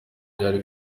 byari